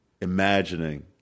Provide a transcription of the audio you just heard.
imagining